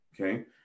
okay